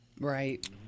Right